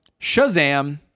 Shazam